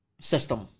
system